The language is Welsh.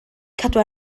cadw